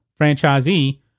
franchisee